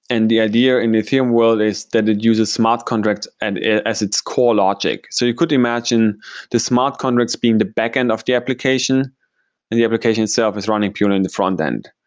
and the idea in the ethereum world is that it uses smart contracts and as its core logic. so you could imagine the smart contracts being the backend of the application and the application itself is running purely in the frontend.